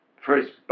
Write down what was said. First